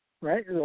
right